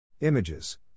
Images